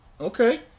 Okay